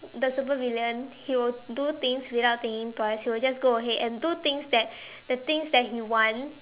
the supervillain he will do things without thinking twice he will just go ahead and do things that the things that he want